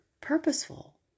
purposeful